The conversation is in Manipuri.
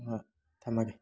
ꯍꯣꯏ ꯊꯝꯃꯒꯦ